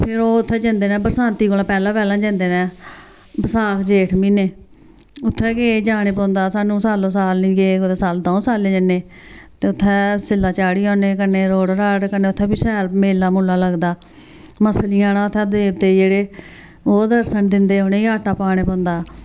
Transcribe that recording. फिर ओह् उ'त्थें जंदे न बरसांती कोला पैह्लें पैह्लें जंदे न बसाख जेठ म्हीने उ'त्थें गे जाना पौंदा सानूं सालो साल निं गे कुदै दौं सालै जन्ने ते उ'त्थें सि'ल्ला चाढ़ी औने कन्नै रोड राड कन्नै उ'त्थें बी शैल मेला लगदा मछलियां न उ'त्थें देवते जेह्डे़ ओह् दर्शन दिंदे उ'नें ई आटा पाना पौंदा